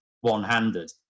one-handed